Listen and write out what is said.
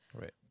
Right